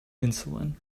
insulin